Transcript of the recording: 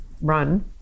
run